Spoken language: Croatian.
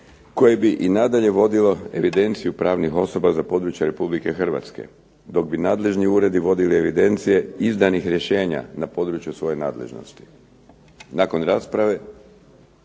koje bi i nadalje vodilo evidenciju pravnih osoba za područje Republike Hrvatske. Dok bi nadležni uredi vodili evidencije izdanih rješenja na području svoje nadležnosti. Nakon rasprave